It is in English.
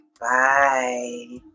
Bye